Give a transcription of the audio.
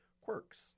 quirks